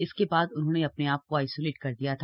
इसके बाद उन्होंने अपने आप को आइसोलेट कर लिया था